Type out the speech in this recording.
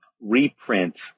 reprint